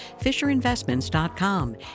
Fisherinvestments.com